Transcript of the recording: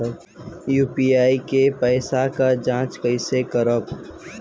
UPI के पैसा क जांच कइसे करब?